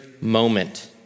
moment